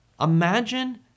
Imagine